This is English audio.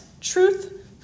truth